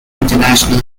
international